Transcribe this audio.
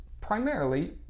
primarily